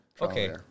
Okay